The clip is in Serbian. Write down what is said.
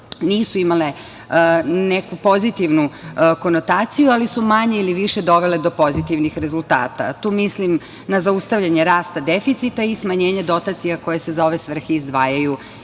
nisu imale neku pozitivnu konotaciju, ali su manje ili više dovele do pozitivnih rezultata. Tu mislim na zaustavljanje rasta deficita i smanjenje dotacija koje se za ove svrhe izdvajaju iz budžeta.